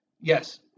Yes